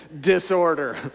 disorder